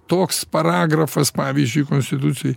toks paragrafas pavyzdžiui konstitucijoj